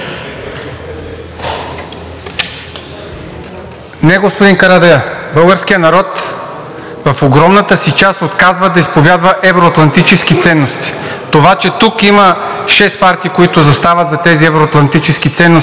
Не, господин Карадайъ, българският народ в огромната си част отказва да изповядва евро-атлантически ценности. Това, че тук има шест партии, които застават зад тези евро-атлантически ценности,